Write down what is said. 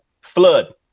Flood